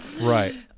Right